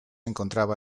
encontraba